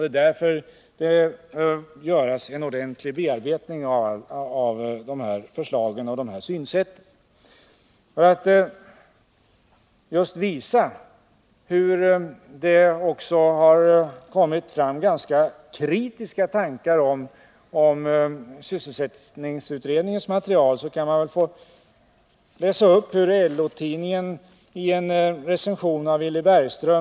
Det är anledningen till att det bör göras en ordentlig bearbetning av dessa förslag och dessa synsätt. För att just visa att det också har kommit fram ganska kritiska tankar om sysselsättningsutredningens material kan jag ur LO-tidningen läsa upp delar av en recension av Villy Bergström.